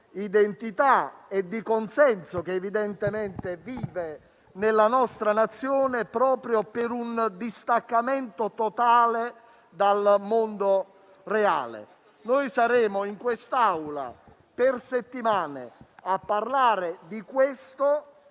identità e di consenso che evidentemente vive nella nostra Nazione proprio per un distaccamento totale dal mondo reale. Saremo in quest'Aula per settimane a parlare di ciò,